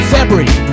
February